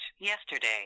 yesterday